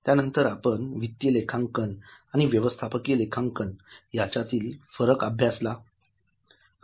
त्यानंतर आपण वित्तीयलेखांकन आणि व्यवस्थापकीय लेखांकन यातील फरक अभ्यासला